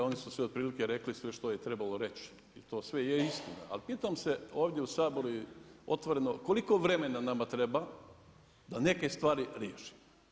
Oni su svi otprilike rekli sve što je trebalo reći i to sve je istina, ali pitam se ovdje u Saboru je otvoreno koliko vremena nama treba da neke stvari riješimo?